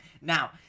Now